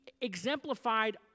exemplified